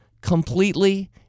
completely